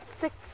Six